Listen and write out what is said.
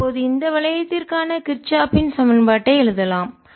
இப்போது இந்த வளையத்திற்கான கிர்ச்சாப்பின் சமன்பாட்டை எழுதலாம்